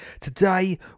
today